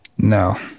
No